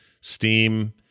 Steam